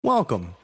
Welcome